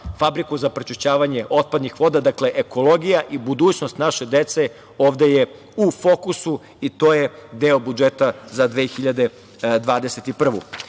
fabriku za prečišćavanje otpadnih voda, dakle ekologija i budućnost naše dece ovde u fokusu i to je deo budžeta za 2021.